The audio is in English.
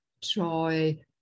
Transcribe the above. joy